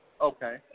Okay